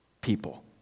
people